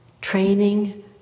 training